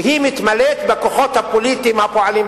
והיא מתמלאת בכוחות הפוליטיים הפועלים בשטח.